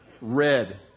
red